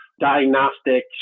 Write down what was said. diagnostic